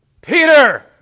Peter